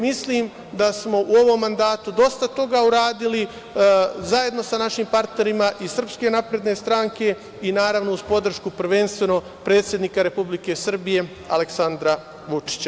Mislim da smo u ovom mandatu dosta toga uradili zajedno sa našim partnerima iz SNS i naravno uz podršku prvenstveno predsednika Republike Srbije Aleksandra Vučića.